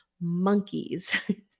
monkeys